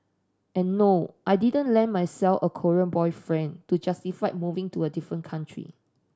and no I didn't land myself a Korean boyfriend to justify moving to a different country